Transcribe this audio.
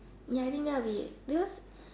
ya I think that will be because